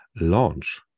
launch